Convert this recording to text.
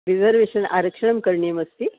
reservation आरक्षणं करणीयमस्ति